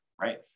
right